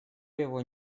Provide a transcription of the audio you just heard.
его